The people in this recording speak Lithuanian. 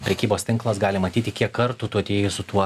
prekybos tinklas gali matyti kiek kartų tu atejai su tuo